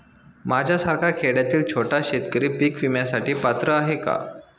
माझ्यासारखा खेड्यातील छोटा शेतकरी पीक विम्यासाठी पात्र आहे का?